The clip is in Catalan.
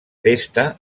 festa